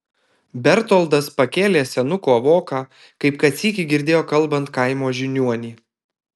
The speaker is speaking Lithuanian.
bertoldas pakėlė senuko voką kaip kad sykį girdėjo kalbant kaimo žiniuonį